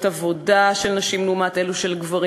העבודה של נשים לעומת אלו של גברים.